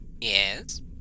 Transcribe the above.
Yes